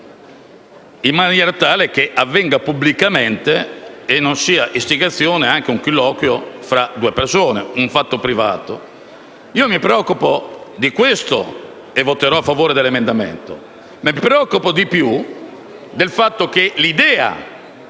in maniera tale che essa debba avvenire pubblicamente e non sia considerato istigazione anche un colloquio fra due persone, cioè un fatto privato. Io mi preoccupo di questo e voterò a favore dell'emendamento. Ma mi preoccupo di più del fatto che l'idea,